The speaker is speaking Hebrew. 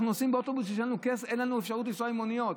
אנחנו נוסעים באוטובוס כי אין לנו אפשרות לנסוע עם מוניות.